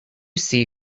see